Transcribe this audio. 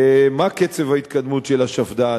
מה קצב ההתקדמות של השפד"ן,